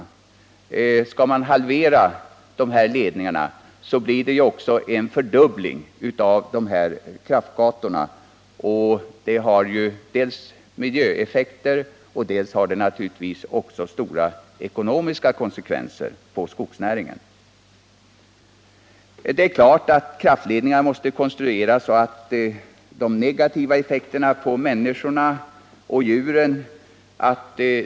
Om man skall halvera dessa ledningar blir följden en fördubbling av kraftledningsgatorna, och det har dels miljöeffekter, dels stora ekonomiska konsekvenser för skogsnäringen. Det är klart att kraftledningar måste konstrueras så att det inte uppstår negativa effekter för människor och djur.